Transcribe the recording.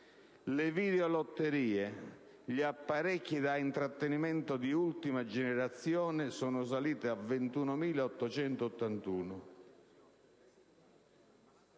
Le videolotterie - gli apparecchi da intrattenimento di ultima generazione - installate sono salite a 21.881